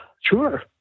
sure